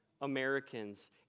Americans